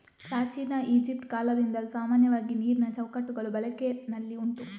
ಪ್ರಾಚೀನ ಈಜಿಪ್ಟ್ ಕಾಲದಿಂದಲೂ ಸಾಮಾನ್ಯವಾಗಿ ನೀರಿನ ಚೌಕಟ್ಟುಗಳು ಬಳಕೆನಲ್ಲಿ ಉಂಟು